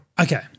Okay